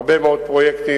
הרבה מאוד פרויקטים.